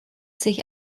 sich